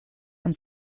and